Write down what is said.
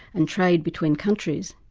and trade between countries,